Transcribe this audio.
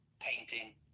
painting